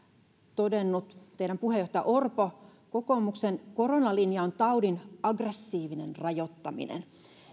teidän puheenjohtajanne orpo todennut että kokoomuksen koronalinja on taudin aggressiivinen rajoittaminen